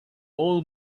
all